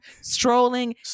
strolling